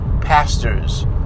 pastors